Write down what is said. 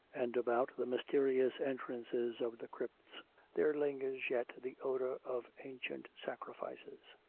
and about the mysterious entrances of the crypts there lingers yet the odour of ancient sacrifices.